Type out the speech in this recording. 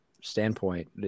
standpoint